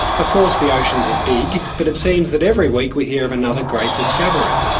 of course the oceans are big, but it seems that every week we hear of another great discovery.